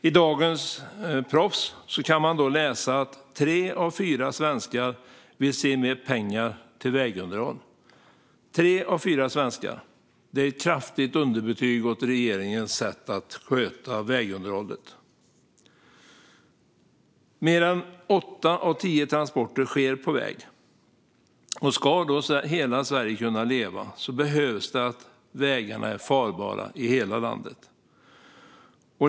I dagens Proffs kan man läsa att tre av fyra svenskar vill se mer pengar till vägunderhåll. Det är ett kraftigt underbetyg åt regeringens sätt att sköta vägunderhållet. Vidare skriver man att åtta av tio transporter sker på väg och att om hela Sverige ska kunna leva "behövs det farbara vägar i hela landet.